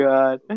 God